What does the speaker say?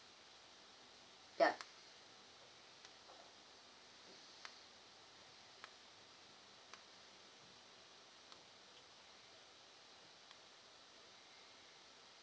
yup